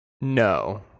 no